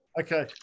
Okay